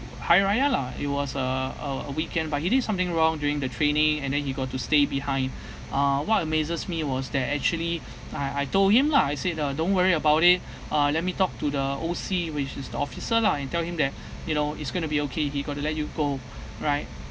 hari raya lah it was uh a a weekend but he did something wrong during the training and then he got to stay behind uh what amazes me was that actually I I told him lah I said uh don't worry about it uh let me talk to the O_C which is the officer lah and tell him that you know it's going to be okay he got to let you go right